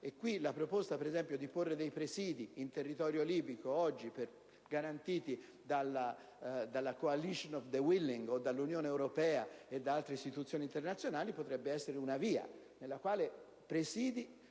C'è la proposta, ad esempio, di porre dei presidi in territorio libico, oggi garantiti dalla "*Coalition of the Willing*" o dall'Unione europea o da altre istituzioni internazionali. Questa potrebbe essere una via: presidi